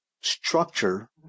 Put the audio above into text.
structure